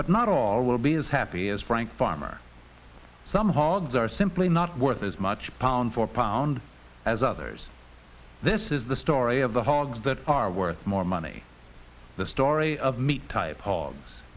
but not all will be as happy as frank farmer somehow odds are simply not worth as much pound for pound as others this is the story of the hogs that are worth more money the story of meat type hogs